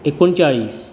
एकुणचाळीस